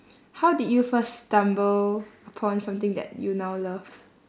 how did you first stumble upon something that you now love